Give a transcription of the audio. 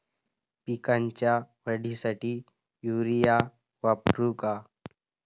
पिकाच्या वाढीसाठी युरिया वापरू का?